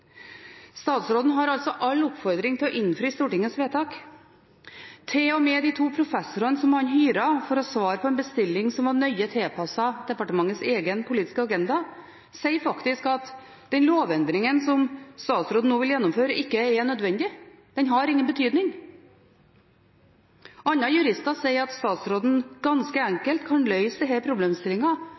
Statsråden har altså all oppfordring til å innfri Stortingets vedtak. Til og med de to professorene som han hyret for å svare på en bestilling som var nøye tilpasset departementets egen politiske agenda, sier faktisk at den lovendringen som statsråden nå vil gjennomføre, ikke er nødvendig, den har ingen betydning. Andre jurister sier at statsråden ganske enkelt kan løse